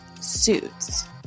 Suits